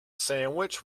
sandwich